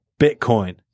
Bitcoin